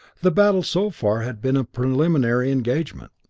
the battle so far had been a preliminary engagement.